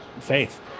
faith